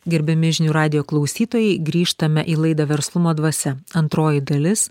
gerbiami žinių radijo klausytojai grįžtame į laidą verslumo dvasia antroji dalis